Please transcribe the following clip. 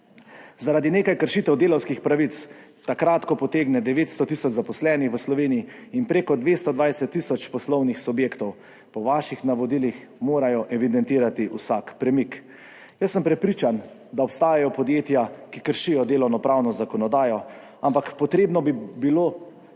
Zaradi nekaj kršitev delavskih pravic takrat, ko potegne 900 tisoč zaposlenih v Sloveniji in preko 220 tisoč poslovnih subjektov, po vaših navodilih morajo evidentirati vsak premik. Jaz sem prepričan, da obstajajo podjetja, ki kršijo delovnopravno zakonodajo, ampak potrebno bi bilo